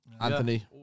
Anthony